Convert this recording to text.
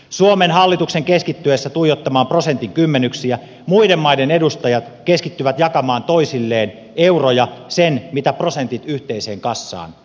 suomen hallituksen keskittyessä tuijottamaan prosentin kymmenyksiä muiden maiden edustajat keskittyvät jakamaan toisilleen euroja sen mitä prosentit yhteiseen kassaan tuovat